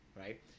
Right